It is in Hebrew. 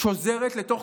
ששוזרת לתוך